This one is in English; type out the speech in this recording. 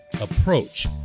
approach